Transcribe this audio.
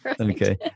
okay